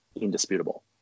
indisputable